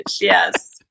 Yes